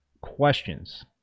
questions